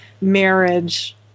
marriage